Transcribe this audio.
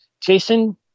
Jason